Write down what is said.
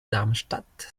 darmstadt